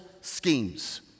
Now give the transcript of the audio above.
schemes